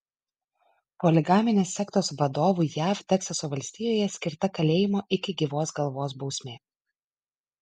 poligaminės sektos vadovui jav teksaso valstijoje skirta kalėjimo iki gyvos galvos bausmė